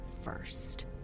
first